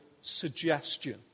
suggestion